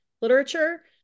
literature